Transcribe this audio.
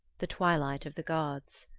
the twilight of the gods.